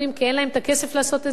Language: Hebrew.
כי אין להם הכסף לעשות את זה,